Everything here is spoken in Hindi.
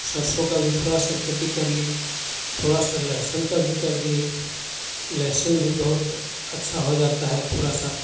सरसों का भी थोड़ा सा खेती कर लिये थोड़ा सा लहसुन का भी कर दिए लहसुन भी बहुत अच्छा हो जाता है थोड़ा सा